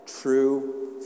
true